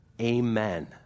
amen